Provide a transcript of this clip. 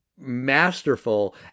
Masterful